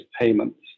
payments